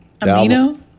Amino